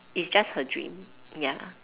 it's just her dream ya